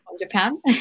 Japan